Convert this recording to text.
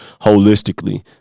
holistically